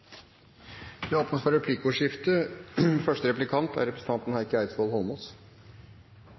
det er det som vil gi praktiske klimaresultater. Representanten Heikki Eidsvoll Holmås